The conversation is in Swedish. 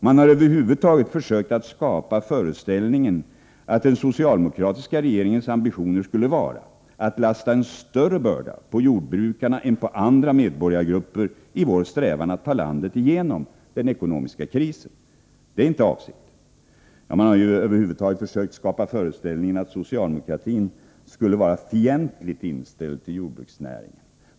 Man har över huvud taget försökt att skapa föreställningen att den socialdemokratiska regeringens ambitioner skulle vara att lasta en större börda på jordbrukarna än på andra medborgargrupper i vår strävan att ta landet igenom den ekonomiska krisen. Det är inte avsikten. Ja, man har över huvud taget försökt skapa föreställningen att socialdemokratin skulle vara fientligt inställd till jordbruksnäringen.